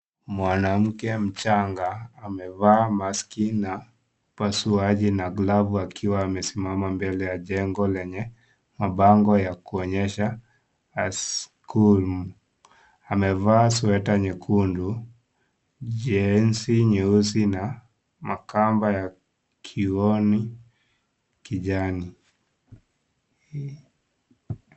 Mwanamke mchanga amevaa maski na upasuaji na glavu akiwa amesimama mbele ya jengo lenye mabango ya kuonyesha askul amevaa sweta nyekundu jeusi nyeusi na makamba ya kiunoni kijani.